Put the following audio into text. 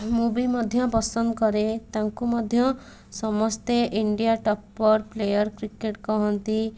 ମୁଁ ବି ମଧ୍ୟ ପସନ୍ଦ କରେ ତାଙ୍କୁ ମଧ୍ୟ ସମସ୍ତେ ଇଣ୍ଡିଆ ଟପ୍ପର୍ ପ୍ଲେୟାର୍ କ୍ରିକେଟ୍ କହନ୍ତି